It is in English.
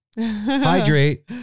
hydrate